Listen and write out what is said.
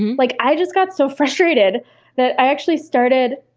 like i just got so frustrated that i actually started